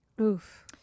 Oof